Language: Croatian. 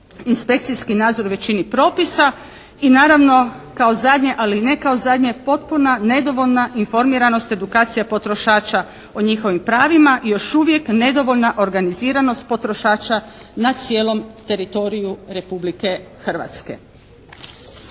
inspekcijski nadzor u većini propisa. I naravno, kao zadnje ali i ne kao zadnje potpuna nedovoljna informiranost edukacija potrošača o njihovim pravima, još uvijek nedovoljna organiziranost potrošača na cijelom teritoriju Republike Hrvatske.